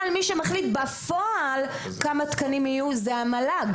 אבל מי שמחליט בפועל כמה תקנים יהיו זה המל"ג.